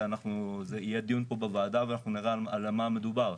על זה יהיה דיון פה בוועדה ואנחנו נראה על מה מדובר.